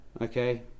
Okay